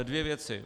Dvě věci.